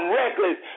reckless